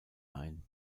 ein